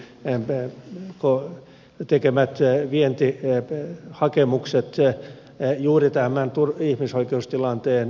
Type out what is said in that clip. tampereen ko ko tekemä työ evänneet nimenomaan saman kansainvälisen konsernin tekemät vientihakemukset juuri tämän ihmisoikeustilanteen vuoksi